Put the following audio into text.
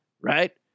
right